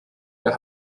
der